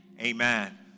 amen